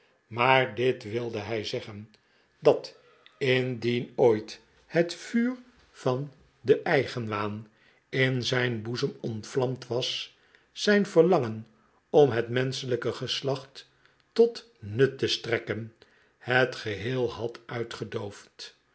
maar dit wilde hij zeggen dat indien ooit het vuur van den eigenwaan in zijn boezem ontvlamd was zijn verlangen om het menschelijk geslacht tot nut te strekken het geheel had uitgedoofd